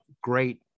great